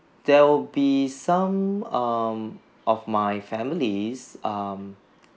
there will be some um of my families um